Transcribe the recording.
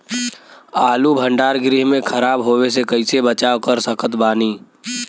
आलू भंडार गृह में खराब होवे से कइसे बचाव कर सकत बानी?